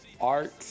Art